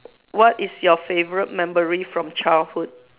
what is your favorite memory from childhood